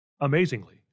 Amazingly